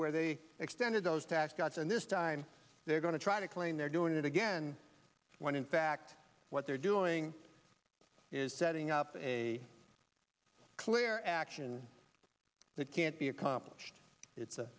where they extended those tax cuts and this time they're going to try to claim they're doing it again when in fact what they're doing is setting up a clear action that can't be accomplished it's